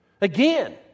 Again